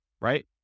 right